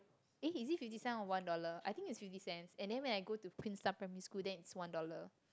eh is it fifty cents or one dollar I think it's fifty cents and then when I go to Queenstown primary school then it's one dollar